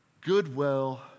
goodwill